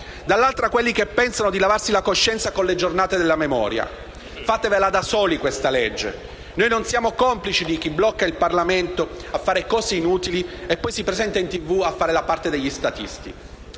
dall'altra quelli che pensano di lavarsi la coscienza con le giornate della memoria. Fatevela da soli questa legge. Noi non siamo complici di chi blocca il Parlamento a fare cose inutili e poi si presenta in tv a fare la parte degli statisti.